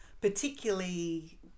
particularly